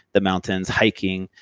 the mountains, hiking,